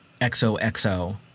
XOXO